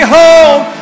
home